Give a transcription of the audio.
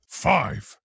Five